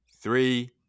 three